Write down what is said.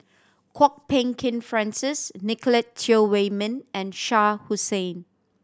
Kwok Peng Kin Francis Nicolette Teo Wei Min and Shah Hussain